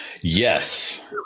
Yes